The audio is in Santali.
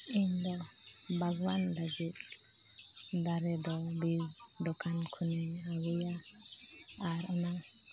ᱤᱧᱫᱚ ᱵᱟᱜᱽᱣᱟᱱ ᱞᱟᱹᱜᱤᱫ ᱫᱟᱨᱮ ᱫᱚ ᱵᱤᱡᱽ ᱫᱚᱠᱟᱱ ᱠᱷᱚᱱᱤᱧ ᱟᱹᱜᱩᱭᱟ ᱟᱨ ᱚᱱᱟ